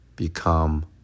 Become